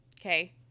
Okay